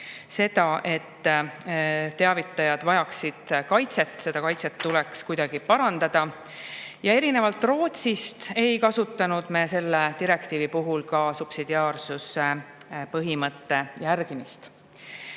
seda, et teavitajad vajaksid kaitset, et seda kaitset tuleks kuidagi [suurendada]. Erinevalt Rootsist ei kasutanud me selle direktiivi puhul ka subsidiaarsuse põhimõtte järgimist. Tõsi